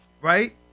right